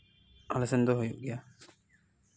ᱟᱞᱮ ᱥᱮᱱ ᱫᱚ ᱦᱩᱭᱩᱜ ᱜᱮᱭᱟ